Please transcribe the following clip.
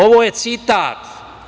Ovo je citat.